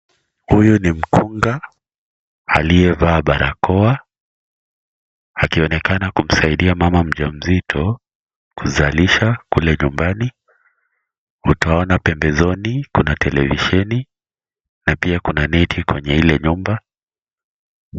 Huyu ni mkunga, aliyevaa barakoa, akionekana kumsaidia mama mjamzito kuzalisha kule nyumbani. Utaona pembezoni kuna televisioni, na pia kuna neti kwenye hile nyumba.